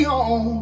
on